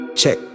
check